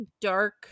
dark